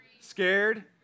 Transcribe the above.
Scared